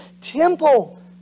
temple